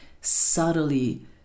subtly